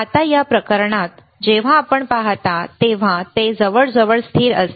आता या प्रकरणात जेव्हा आपण पाहता तेव्हा ते जवळजवळ स्थिर असते